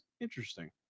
Interesting